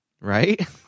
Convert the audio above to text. Right